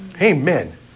Amen